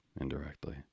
indirectly